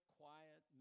quiet